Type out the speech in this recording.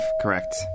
correct